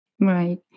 Right